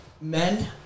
men